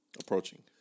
Approaching